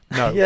no